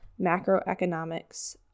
macroeconomics